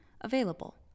Available